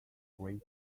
great